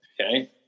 Okay